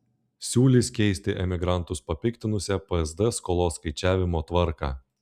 siūlys keisti emigrantus papiktinusią psd skolos skaičiavimo tvarką